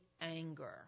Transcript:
anger